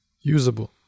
usable